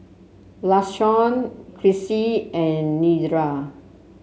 Lashawn Chrissie and Nedra